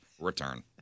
Return